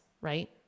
right